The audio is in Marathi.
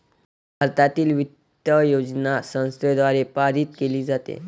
भारतातील वित्त योजना संसदेद्वारे पारित केली जाते